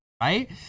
right